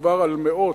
מדובר על מאות,